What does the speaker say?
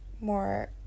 more